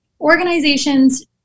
organizations